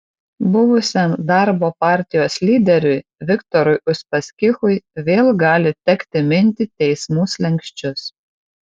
buvusiam darbo partijos lyderiui viktorui uspaskichui vėl gali tekti minti teismų slenksčius